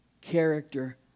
Character